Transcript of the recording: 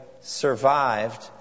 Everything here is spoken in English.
survived